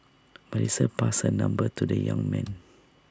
Melissa passed her number to the young man